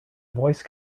voice